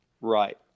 Right